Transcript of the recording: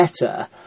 better